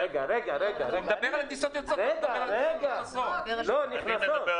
זה לגבי טיסות